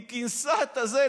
היא כינסה את זה,